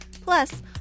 Plus